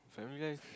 family guys